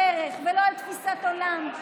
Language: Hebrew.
לא על דרך ולא על תפיסת עולם,